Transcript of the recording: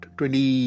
twenty